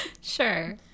Sure